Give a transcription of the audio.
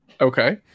Okay